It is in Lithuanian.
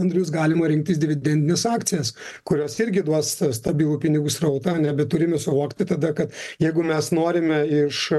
andrius galima rinktis dividendines akcijas kurios irgi duos stabilų pinigų srautą ane bet turime suvokti tada kad jeigu mes norime iš